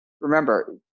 remember